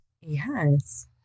Yes